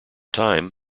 time